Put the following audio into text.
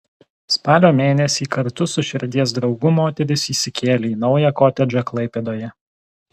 spalio mėnesį kartu su širdies draugu moteris įsikėlė į naują kotedžą klaipėdoje